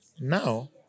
Now